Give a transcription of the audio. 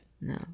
No